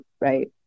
right